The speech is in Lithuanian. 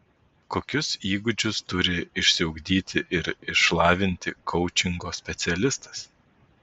kokius įgūdžius turi išsiugdyti ir išlavinti koučingo specialistas